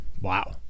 Wow